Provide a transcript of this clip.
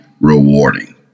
rewarding